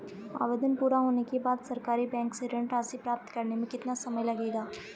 आवेदन पूरा होने के बाद सरकारी बैंक से ऋण राशि प्राप्त करने में कितना समय लगेगा?